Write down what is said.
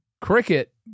cricket